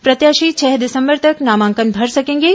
प्रत्याशी छह दिसंबर तक नामांकन भर सकेंगे